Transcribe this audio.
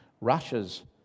Russia's